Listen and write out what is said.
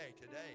today